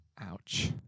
Ouch